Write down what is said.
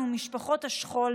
משפחות השכול,